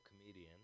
comedian